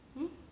hmm